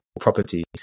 Property